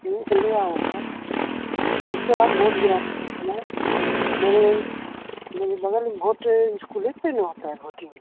pin तो ले आये हैं उसके बाद वोट गिराते समय मेरे बगल भोट में स्कूले पर न होता है भोटिङ